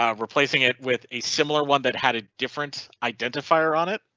ah replacing it with a similar one that had a different identifier on it.